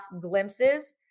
glimpses